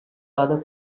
other